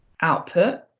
output